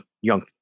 young